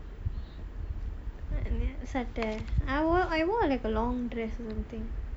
I wore like a long dress or something